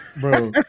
bro